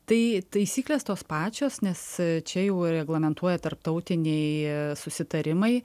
tai taisyklės tos pačios nes čia jau reglamentuoja tarptautiniai susitarimai